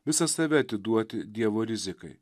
visą save atiduoti dievo rizikai